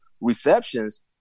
receptions